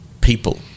people